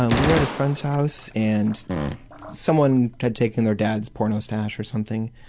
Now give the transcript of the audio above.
um we were at a friend's house, and someone tried taking their dad's porno stash or something,